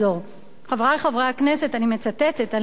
חברי חברי הכנסת, אני מצטטת, אני לא צוחקת.